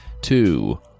two